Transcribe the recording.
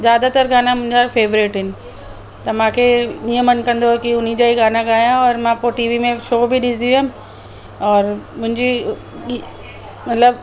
ज़ादातर गाना मुंहिंजा फेवरेट आहिनि त मूंखे ईअं मनु कंदो की उन जा ई गाना ॻाया और मां पोइ टीवी में शो बि ॾिसंदी हुअमि और मुंहिंजी मतिलबु